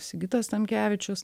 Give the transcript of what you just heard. sigitas tamkevičius